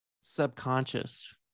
subconscious